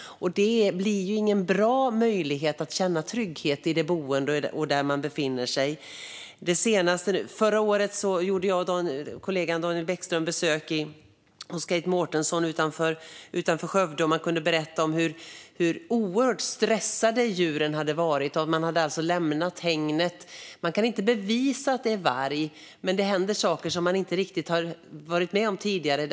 Så känner man knappast trygghet där man bor. Förra året gjorde jag och kollegan Daniel Bäckström ett besök hos Kate Mårtensson utanför Skövde, och hon kunde berätta hur stressade djuren varit. De hade alltså lämnat hägnet. Hon kan inte bevisa att det är varg, men det händer saker som hon inte upplevt tidigare.